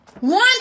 One